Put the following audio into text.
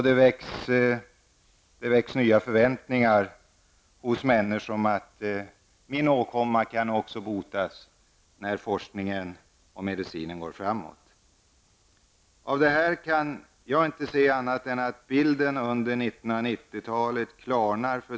Det väcks nya förväntningar hos människorna: Min åkomma kanske också kan botas när den medicinska forskningen går framåt. Jag kan inte se annat än att bilden för svensk sjukvård under 1990-talet klarnat.